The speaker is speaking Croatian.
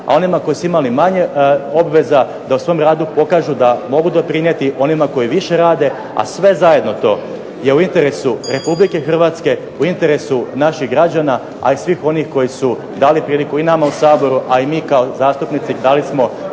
a onima koji su imali manje obveza da u svom radu pokažu da mogu doprinijeti onima koji više rade. A sve zajedno to je u interesu RH, u interesu naših građana, a i svih onih koji su dali priliku i nama u Saboru, a i mi kao zastupnici dali smo